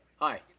Hi